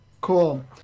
Cool